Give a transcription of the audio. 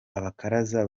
abakaraza